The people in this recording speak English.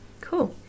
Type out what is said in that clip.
Cool